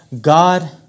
God